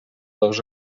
dos